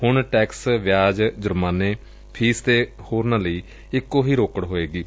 ਹੁਣ ਟੈਕਸ ਵਿਆਜ ਜੁਰਮਾਨੇ ਫੀਸ ਅਤੇ ਹੋਰ ਲਈ ਇਕੋ ਹੀ ਰੋਕੜ ਹੋਵੇਗੀ